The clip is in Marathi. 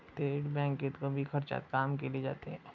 थेट बँकेत कमी खर्चात काम केले जाते